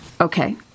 okay